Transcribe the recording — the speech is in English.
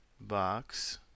box